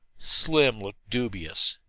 slim looked dubious.